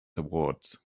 awards